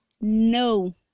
no